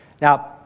Now